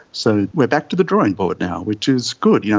so we are back to the drawing board now, which is good. yeah